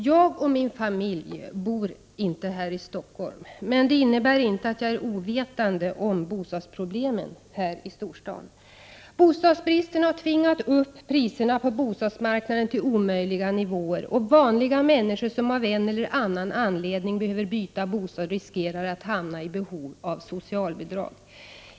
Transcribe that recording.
Jag och min familj bor inte i Stockholm, men det innebär inte att jag är ovetande om bostadsproblemen här i storstaden. Bostadsbristen har tvingat upp priserna på bostadsmarknaden till omöjliga nivåer, och vanliga människor som av en eller annan anledning behöver byta bostad riskerar att behöva socialbidrag.